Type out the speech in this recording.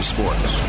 Sports